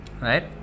Right